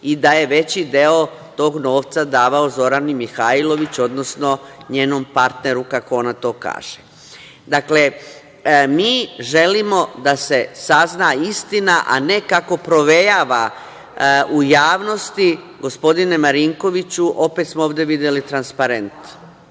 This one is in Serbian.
i da je veći deo tog novca davao Zorani Mihajlović, odnosno njenom partneru kako ona to kaže. Dakle, mi želimo da se sazna istina, a ne kako provejava u javnosti, gospodine Marinkoviću, opet smo ovde videli transparent.